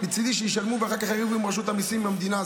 מצידי שישלמו ואחר כך יריבו עם רשות המיסים ועם המדינה,